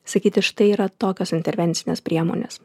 sakyti štai yra tokios intervencinės priemonės